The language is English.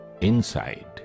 inside